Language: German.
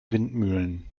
windmühlen